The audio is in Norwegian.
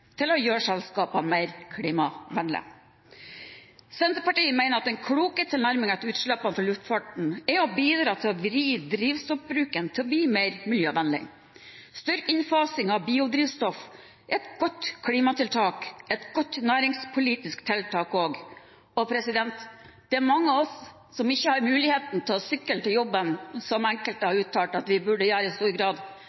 til å gjøre selskapene mer klimavennlige. Senterpartiet mener at den kloke tilnærmingen til utslippene fra luftfarten er å bidra til å vri drivstoffbruken til å bli mer miljøvennlig – styrke innfasingen av biodrivstoff, et godt klimatiltak og et godt næringspolitisk tiltak også. Det er mange av oss som ikke har mulighet til å sykle til jobben, som enkelte har uttalt at vi burde gjøre i stor grad,